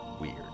weird